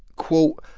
quote,